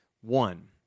One